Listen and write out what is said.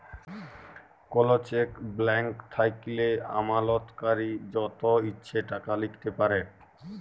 call check blank থ্যাইকলে আমালতকারী যত ইছে টাকা লিখতে পারে